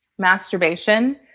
masturbation